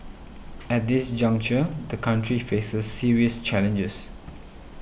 at this juncture the country faces serious challenges